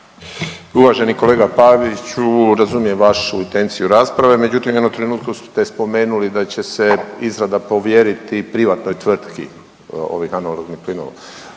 Uvaženi kolega Paviću, razumijem vašu intenciju rasprave, međutim, u jednom trenutku ste spomenuli da će se izrada povjeriti privatnoj tvrtki ovih .../Govornik se ne